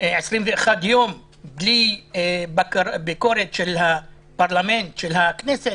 ל-21 יום בלי ביקורת של הפרלמנט, של הכנסת,